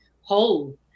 whole